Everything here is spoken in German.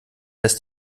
lässt